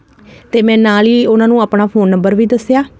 ਤੇ ਮੈਂ ਨਾਲ ਹੀ ਉਹਨਾਂ ਨੂੰ ਆਪਣਾ ਫੋਨ ਨੰਬਰ ਵੀ ਦੱਸਿਆ